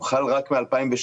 הוחל רק מ-2016,